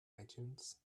itunes